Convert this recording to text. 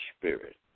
spirit